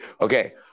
Okay